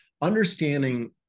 understanding